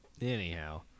anyhow